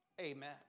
Amen